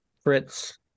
Fritz